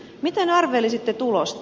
miten arvelisitte tulosta